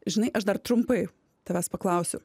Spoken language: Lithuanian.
žinai aš dar trumpai tavęs paklausiu